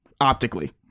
optically